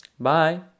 Bye